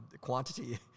quantity